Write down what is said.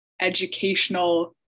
educational